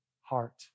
heart